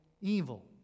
evil